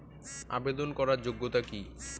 আবেদন করার যোগ্যতা কি?